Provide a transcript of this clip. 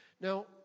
Now